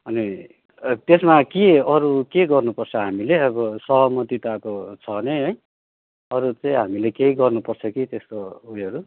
अनि त्यसमा के अरू के गर्नुपर्छ हामीले अब सहमति त अब छ नै है अरू चाहिँ हामीले के गर्नुपर्छ कि त्यस्तो उयोहरू